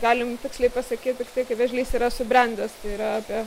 galim tiksliai pasakyt tiktai kai vėžlys yra subrendęs tai yra apie